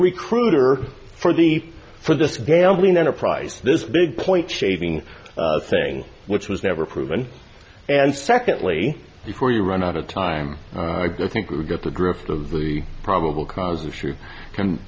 recruiter for the for this gambling enterprise this big point shaving thing which was never proven and secondly before you run out of time i think we get the drift of the probable cause issue can